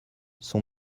son